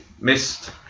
missed